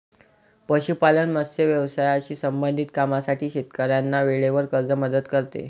पशुपालन, मत्स्य व्यवसायाशी संबंधित कामांसाठी शेतकऱ्यांना वेळेवर कर्ज मदत करते